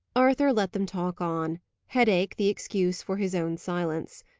arthur let them talk on headache the excuse for his own silence.